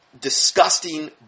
disgusting